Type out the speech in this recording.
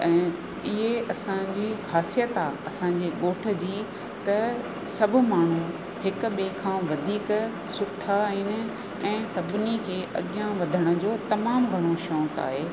ऐं इहे असांजी ख़ासियत आहे असांजे ॻोठ जी त सभु माण्हू हिकु ॿिए खां वधीक सुठा आहिनि ऐं सभिनी खे अॻियां वधण जो तमामु घणो शौक़ु आहे